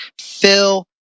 Phil